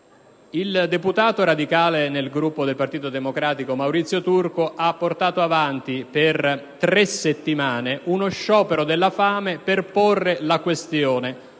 Il deputato radicale nel Gruppo del Partito Democratico Maurizio Turco ha portato avanti per tre settimane uno sciopero della fame per porre due questioni: